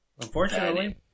Unfortunately